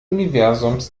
universums